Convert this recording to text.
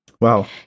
Wow